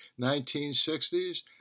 1960s